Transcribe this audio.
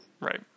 Right